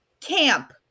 Camp